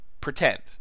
pretend